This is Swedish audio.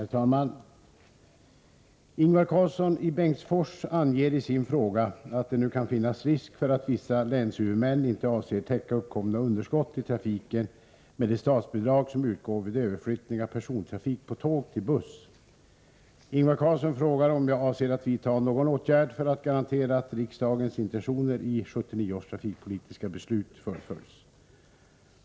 Herr talman! Ingvar Karlsson i Bengtsfors anger i sin fråga att det nu kan finnas risk för att vissa länshuvudmän inte avser täcka uppkomna underskott i trafiken med det statsbidrag som utgår vid överflyttning av persontrafik från tåg till buss. Ingvar Karlsson frågar om jag avser att vidta någon åtgärd för att garantera att riksdagens intentioner i 1979 års trafikpolitiska beslut fullföljs.